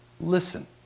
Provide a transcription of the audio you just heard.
listen